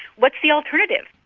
what's the alternative?